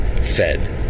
fed